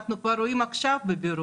אנחנו רואים כבר עכשיו בבירור,